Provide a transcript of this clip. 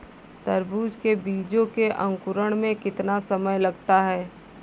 तरबूज के बीजों के अंकुरण में कितना समय लगता है?